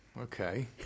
Okay